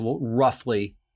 roughly